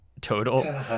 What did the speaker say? total